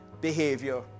behavior